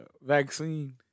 vaccine